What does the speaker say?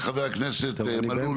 חברת הכנסת מלול,